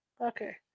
okay